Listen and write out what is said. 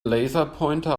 laserpointer